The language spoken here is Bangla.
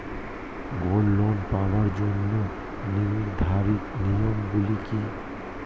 গোল্ড লোন পাওয়ার জন্য নির্ধারিত নিয়ম গুলি কি?